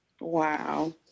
Wow